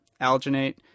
alginate